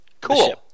Cool